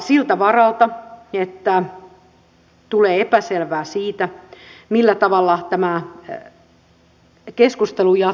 siltä varalta että tulee epäselvää siitä millä tavalla tämä keskustelu jatkui